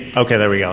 oh. there we go.